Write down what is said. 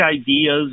ideas